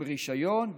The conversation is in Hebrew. עם רישיון,